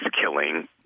killing